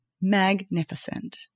magnificent